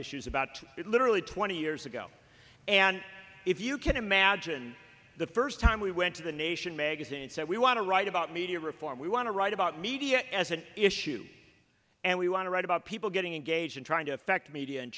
issues about it literally twenty years ago and if you can imagine the first time we went to the nation magazine and said we want to write about media reform we want to write about media as an issue and we want to write about people getting engaged in trying to affect media and